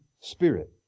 spirit